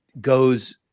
goes